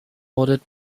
ordered